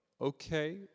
okay